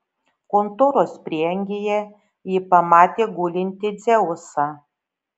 kontoros prieangyje ji pamatė gulintį dzeusą